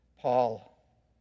Paul